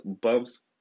bumps